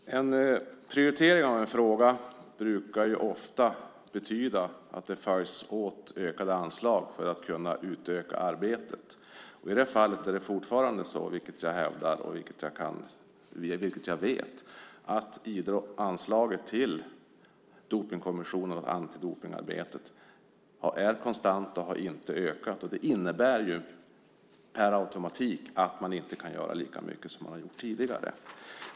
Fru talman! En prioritering av en fråga betyder ofta att ökade anslag följer med - detta för att kunna utöka arbetet. I det här fallet hävdar jag att det fortfarande är så - ja, jag vet att det är så - att anslaget till Dopningskommissionen och antidopningsarbetet är konstant. Det har inte ökat. Det innebär per automatik att man inte kan göra lika mycket som man tidigare har gjort.